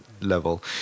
level